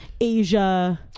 Asia